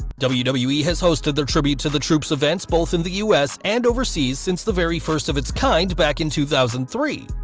wwe wwe has hosted their tribute to the troops events both in the u s. and overseas since the very first of its kind, back in two thousand and three,